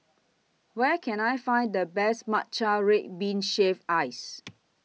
Where Can I Find The Best Matcha Red Bean Shaved Ice